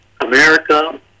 America